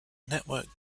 network